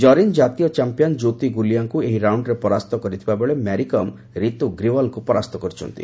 ଜରିନ ଜାତୀୟ ଚାମ୍ପିୟନ୍ ଜ୍ୟୋତି ଗୁଲିଆଙ୍କୁ ଏହି ରାଉଣ୍ଡରେ ପରାସ୍ତ କରିଥିବା ବେଳେ ମ୍ୟାରିକମ୍ ରିତୁ ଗ୍ରିୱାଲଙ୍କୁ ପରାସ୍ତ କରିଛନ୍ତି